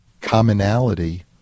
commonality